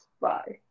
Bye